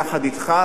יחד אתך,